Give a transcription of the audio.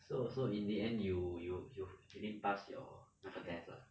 so so in the end you you you you didn't pass your 那个 test lah